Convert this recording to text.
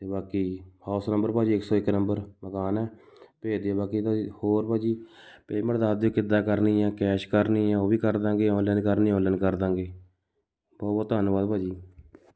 ਅਤੇ ਬਾਕੀ house number ਭਾਅ ਜੀ ਇੱਕ ਸੌ ਇੱਕ ਨੰਬਰ ਮਕਾਨ ਹੈ ਭੇਜ ਦਿਓ ਬਾਕੀ ਭਾਅ ਜੀ ਹੋਰ ਭਾਅ ਜੀ ਪੇਮੈਂਟ ਦੱਸ ਦਿਓ ਕਿੱਦਾਂ ਕਰਨੀ ਹੈ ਕੈਸ਼ ਕਰਨੀ ਆ ਉਹ ਵੀ ਕਰ ਦੇਵਾਂਗੇ ਔਨਲਾਇਨ ਕਰਨੀ ਔਨਲਾਇਨ ਕਰ ਦੇਵਾਂਗੇ ਬਹੁ ਬਹੁ ਧੰਨਵਾਦ ਭਾਅ ਜੀ